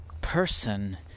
person